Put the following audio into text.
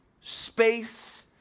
space